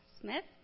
Smith